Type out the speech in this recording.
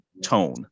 tone